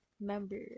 member